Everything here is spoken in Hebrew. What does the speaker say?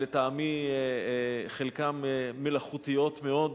שלטעמי חלקן מלאכותיות מאוד.